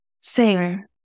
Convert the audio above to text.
sing